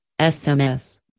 SMS